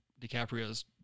DiCaprio's